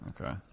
Okay